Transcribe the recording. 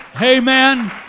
Amen